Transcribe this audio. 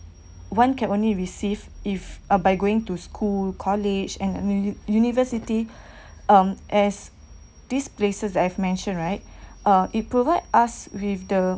one can only receive if uh by going to school college and uni~ university um as these places I've mentioned right uh it provides us with the